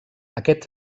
aquest